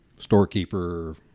storekeeper